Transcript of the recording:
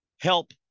help